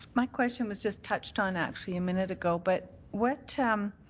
my question was just touched on, actually, a minute ago, but what um